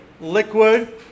liquid